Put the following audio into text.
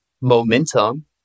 momentum